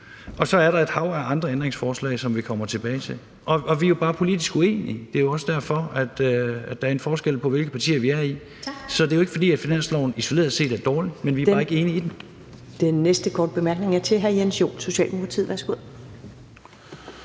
Og så er der et hav af andre ændringsforslag, som vi kommer tilbage til. Vi er bare politisk uenige, og det er jo også derfor, at der er en forskel på, hvilke partier vi er i. Så det er jo ikke, fordi finansloven isoleret set er dårlig, men vi er bare ikke enige i den.